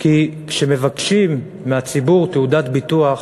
כי כשמבקשים מהציבור תעודת ביטוח,